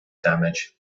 damage